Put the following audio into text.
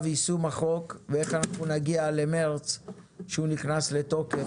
יישום החוק ואיך אנחנו נגיע למרץ כשהוא נכנס לתוקף,